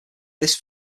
this